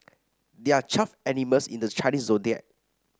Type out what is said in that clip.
there are twelve animals in the Chinese Zodiac